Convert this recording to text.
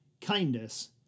Kindness